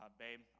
babe